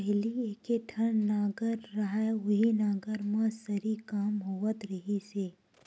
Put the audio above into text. पहिली एके ठन नांगर रहय उहीं नांगर म सरी काम होवत रिहिस हे